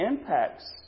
impacts